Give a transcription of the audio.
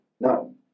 No